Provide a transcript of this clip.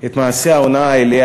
את מעשי ההונאה האלה,